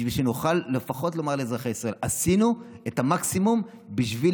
בשביל שנוכל לפחות לומר לאזרחי ישראל שעשינו את המקסימום בשביל